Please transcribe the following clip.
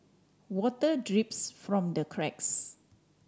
water drips from the cracks